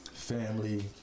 family